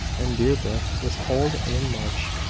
and deerbrook was cold in march.